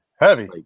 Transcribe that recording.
Heavy